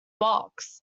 box